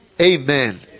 Amen